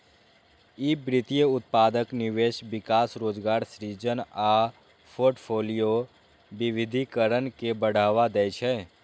ई वित्तीय उत्पादक निवेश, विकास, रोजगार सृजन आ फोर्टफोलियो विविधीकरण के बढ़ावा दै छै